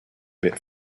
bit